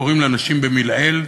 קוראים לאנשים במלעיל,